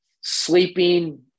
Sleeping